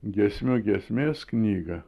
giesmių giesmės knygą